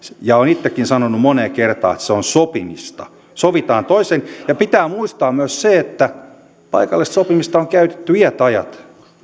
olen itsekin sanonut moneen kertaan että se on sopimista ja pitää muistaa myös se että paikallista sopimista on käytetty iät ajat